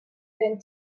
than